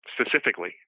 specifically